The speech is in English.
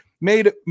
made